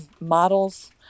models